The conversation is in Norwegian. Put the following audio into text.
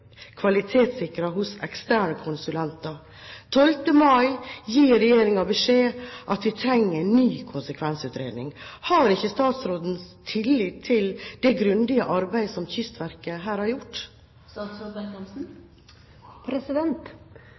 at vi trenger ny konsekvensutredning. Har ikke statsråden tillit til det grundige arbeidet som Kystverket her har gjort?